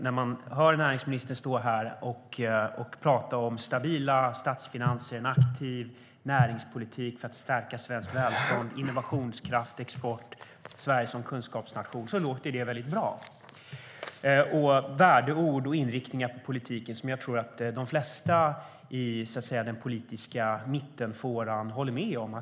När man hör näringsministern stå här och prata om stabila statsfinanser, en aktiv näringspolitik, stärkt svenskt välstånd, innovationskraft, export och Sverige som kunskapsnation låter det väldigt bra. Det är värdeord och inriktningar på politiken som jag tror att de flesta i den politiska mittfåran stöder.